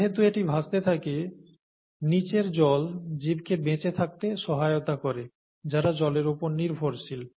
যেহেতু এটি ভাসতে থাকে নিচের জল জীবকে বেঁচে থাকতে সহায়তা করে যারা জলের উপর নির্ভরশীল